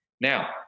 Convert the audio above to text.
Now